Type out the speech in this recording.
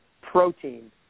protein